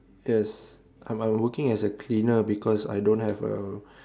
yes I'm I'm working as a cleaner because I don't have a